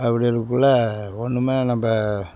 அப்படி இருக்கக்குள்ளே ஒன்றுமே நம்ம